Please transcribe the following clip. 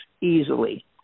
easily